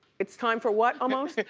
it's time for what, almost?